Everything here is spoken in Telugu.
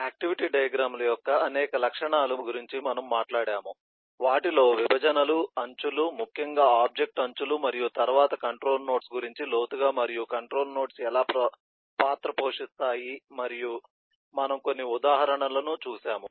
ఆక్టివిటీ డయాగ్రమ్ ల యొక్క అనేక లక్షణాల గురించి మనము మాట్లాడాము వాటిలో విభజనలు అంచులు ముఖ్యంగా ఆబ్జెక్ట్ అంచులు మరియు తరువాత కంట్రోల్ నోడ్స్ గురించి లోతుగా మరియు కంట్రోల్ నోడ్స్ ఎలా పాత్ర పోషిస్తాయి మరియు మనము కొన్ని ఉదాహరణలు చూశాము